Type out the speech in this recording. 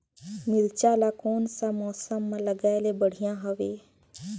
मिरचा ला कोन सा मौसम मां लगाय ले बढ़िया हवे